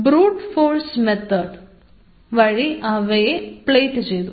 brute force method വഴി അവയെ പ്ലേറ്റ് ചെയ്തു